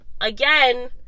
again